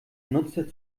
nutzer